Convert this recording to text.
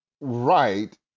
Right